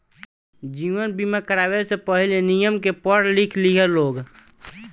जीवन बीमा करावे से पहिले, नियम के पढ़ लिख लिह लोग